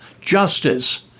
justice